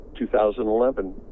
2011